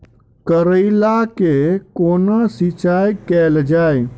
करैला केँ कोना सिचाई कैल जाइ?